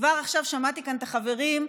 כבר עכשיו שמעתי כאן את החברים,